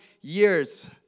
years